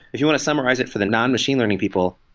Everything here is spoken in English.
if you want to summarize it for the non machine learning people,